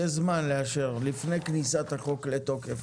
יש זמן לאשר לפני כניסת החוק לתוקף.